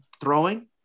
throwing